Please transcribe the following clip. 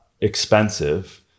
expensive